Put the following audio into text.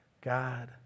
God